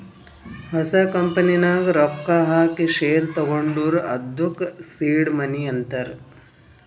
ಹೊಸ ಕಂಪನಿ ನಾಗ್ ರೊಕ್ಕಾ ಹಾಕಿ ಶೇರ್ ತಗೊಂಡುರ್ ಅದ್ದುಕ ಸೀಡ್ ಮನಿ ಅಂತಾರ್